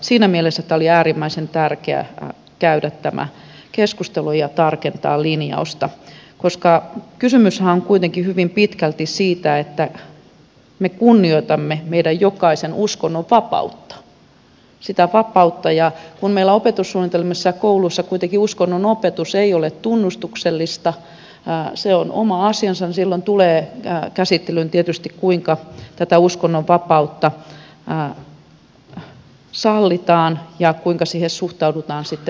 siinä mielessä oli äärimmäisen tärkeää käydä tämä keskustelu ja tarkentaa linjausta koska kysymyshän on kuitenkin hyvin pitkälti siitä että me kunnioitamme meidän jokaisen uskonnonvapautta sitä vapautta ja kun meillä opetussuunnitelmissa ja kouluissa kuitenkaan uskonnonopetus ei ole tunnustuksellista se on oma asiansa niin silloin tulee käsittelyyn tietysti kuinka tätä uskonnonvapautta sallitaan ja kuinka siihen suhtaudutaan sitten muissa tilaisuuksissa